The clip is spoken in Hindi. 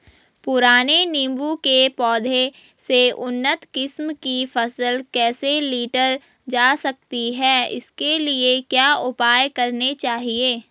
पुराने नीबूं के पौधें से उन्नत किस्म की फसल कैसे लीटर जा सकती है इसके लिए क्या उपाय करने चाहिए?